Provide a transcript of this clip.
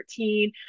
13